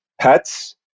pets